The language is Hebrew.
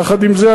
יחד עם זה,